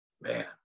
man